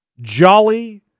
Jolly